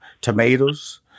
tomatoes